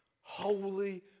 Holy